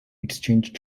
exchanged